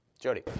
Jody